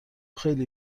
خیلی